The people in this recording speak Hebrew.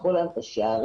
תפתחו להם את השערים,